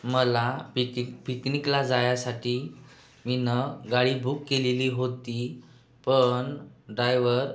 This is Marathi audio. मला पिकी पिकनिकला जायसाठी मी गाडी बुक केलेली होती पण डायवर